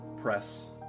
press